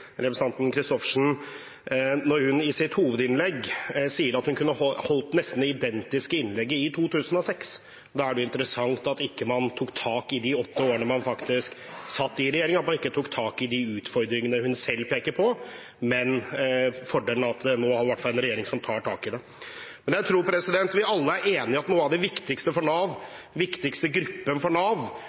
holdt et nesten identisk innlegg i 2006. Da er det interessant at man i de åtte årene man satt i regjering, ikke tok tak i de utfordringene hun selv peker på. Men fordelen er jo at det nå i hvert fall er en regjering som tar tak i det. Jeg tror vi alle er enige om at noe av det viktigste for Nav er å ta tak i unge mennesker som står utenfor utdanning og arbeid. Det er den viktigste gruppen for Nav.